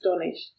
astonished